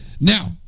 Now